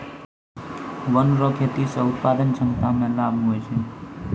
वन रो खेती से उत्पादन क्षमता मे लाभ हुवै छै